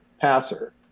passer